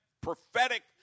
prophetic